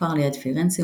כפר ליד פירנצה,